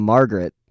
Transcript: Margaret